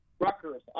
Rutgers